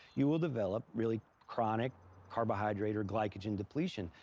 you will develop really chronic carbohydrate or glycogen depletion.